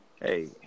Hey